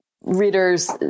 readers